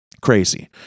Crazy